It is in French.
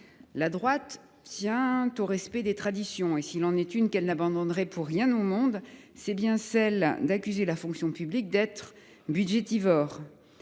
La droite tient au respect des traditions. Et s’il en est une qu’elle n’abandonnerait pour rien au monde, c’est bien celle qui la conduit à accuser la fonction publique d’être budgétivore.